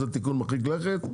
זה תיקון מרחיק לכת,